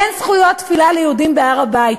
אין זכויות תפילה ליהודים בהר-הבית.